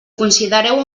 considereu